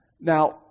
Now